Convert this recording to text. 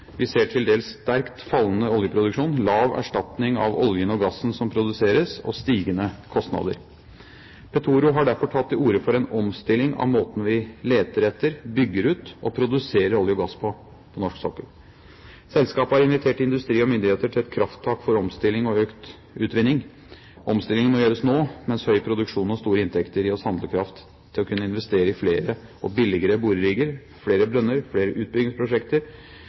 Vi ser til dels sterkt fallende oljeproduksjon, lav erstatning av oljen og gassen som produseres, og stigende kostnader. Petoro har derfor tatt til orde for en omstilling av måten vi leter etter, bygger ut og produserer olje og gass på på norsk sokkel. Selskapet har invitert industri og myndigheter til et krafttak for omstilling og økt utvinning. Omstillingen må gjøres nå, mens høy produksjon og store inntekter gir oss handlekraft til å kunne investere i flere og billigere borerigger, flere brønner, flere utbyggingsprosjekter